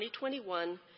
2021